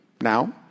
now